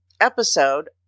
episode